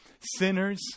sinners